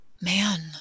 Man